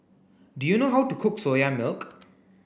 do you know how to cook soya milk